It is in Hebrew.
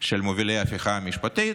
של מובילי המהפכה המשפטית,